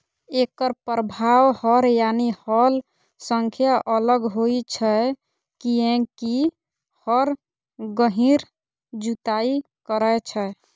एकर प्रभाव हर यानी हल सं अलग होइ छै, कियैकि हर गहींर जुताइ करै छै